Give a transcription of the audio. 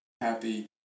happy